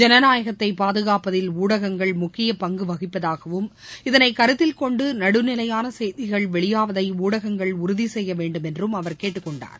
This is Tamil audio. ஜனநாயகத்தை பாதுகாப்பதில் ஊடகங்கள் முக்கிய பங்கு வகிப்பதாகவும் இதனை கருத்தில்கொண்டு நடுநிலையான செய்திகள் வெளியாவதை ஊடகங்கள் உறுதி செய்ய வேண்டும் என்றும் அவர் கேட்டுக் கொண்டார்